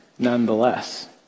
nonetheless